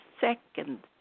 second